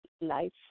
life